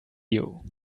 you